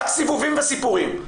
רק סיבובים וסיפורים.